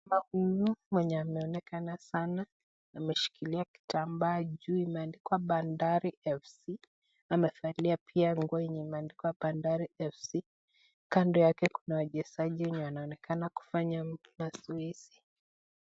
Mwanadada huyu mwenye ameonekana sana ameshikilia kitambaa juu imeandikwa Bandari FC. Amevalia pia nguo yenye imeandikwa Bandari FC. Kando yake kuna wachezaji wenye wanaonekana kufanya mazoezi.